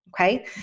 Okay